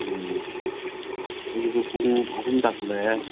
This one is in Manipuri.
ꯎꯝ ꯍꯧꯖꯤꯛꯁꯨ ꯄꯨꯡ ꯑꯍꯨꯝ ꯇꯥꯁꯜꯂꯛꯑꯦ